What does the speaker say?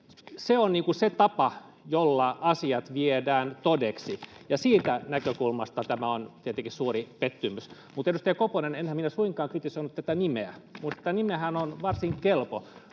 on se tapa, jolla asiat viedään todeksi, ja siitä näkökulmasta tämä on tietenkin suuri pettymys. Mutta, edustaja Koponen, enhän minä suinkaan kritisoinut tätä nimeä, tämä nimihän on varsin kelpo.